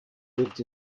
lived